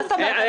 מה זאת אומרת?